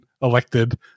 elected